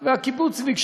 והקיבוצניק,